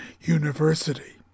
University